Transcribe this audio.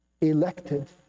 elected